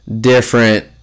different